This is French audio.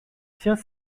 tient